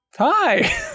hi